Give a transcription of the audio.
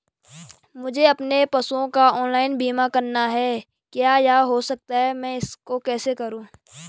मुझे अपने पशुओं का ऑनलाइन बीमा करना है क्या यह हो सकता है मैं इसको कैसे करूँ?